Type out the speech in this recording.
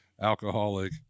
alcoholic